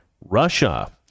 Russia